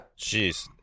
Jeez